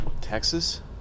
Texas